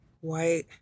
white